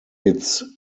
its